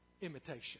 imitation